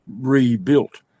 rebuilt